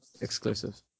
Exclusive